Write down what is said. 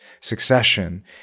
Succession